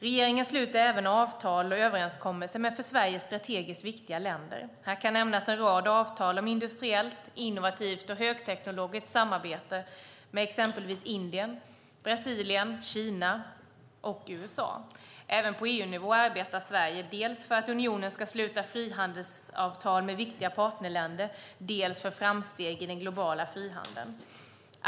Regeringen sluter även avtal och överenskommelser med för Sverige strategiskt viktiga länder. Här kan nämnas en rad avtal om industriellt, innovativt och högteknologiskt samarbete med exempelvis Indien, Brasilien, Kina och USA. Även på EU-nivå arbetar Sverige dels för att unionen ska sluta frihandelsavtal med viktiga partnerländer, dels för framsteg i den globala frihandeln.